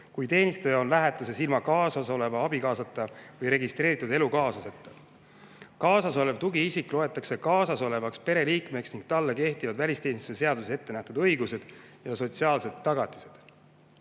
kui teenistuja on lähetuses ilma kaasasoleva abikaasata või registreeritud elukaaslaseta. Kaasasolev tugiisik loetakse kaasasolevaks pereliikmeks ning talle kehtivad välisteenistuse seaduses ette nähtud õigused ja sotsiaalsed tagatised.